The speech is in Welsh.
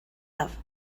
nesaf